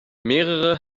mehrere